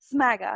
Smaga